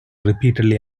repeatedly